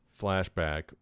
flashback